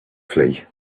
flee